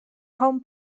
home